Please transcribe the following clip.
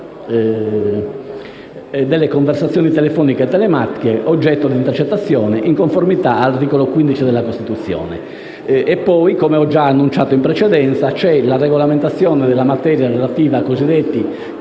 delle conversazioni telefoniche e telematiche oggetto d'intercettazione, in conformità all'articolo 15 della Costituzione. Inoltre, come già annunciato in precedenza, c'è la regolamentazione della materia relativa ai cosiddetti